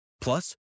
Plus